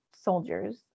soldiers